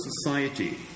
society